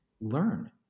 learn